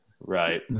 Right